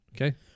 Okay